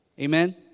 Amen